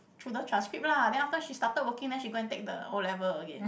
through the transcript lah then after she started working then she go and take the O level again